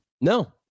No